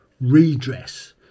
redress